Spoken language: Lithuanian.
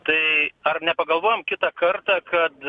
tai ar nepagalvojam kitą kartą kad